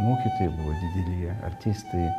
mokytojai buvo dideli artistai